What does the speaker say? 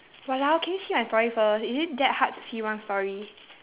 !walao! can you see my story first is it that hard to see one story